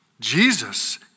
Jesus